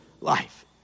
life